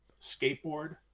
skateboard